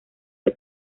fue